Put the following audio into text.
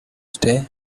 stay